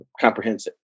comprehensive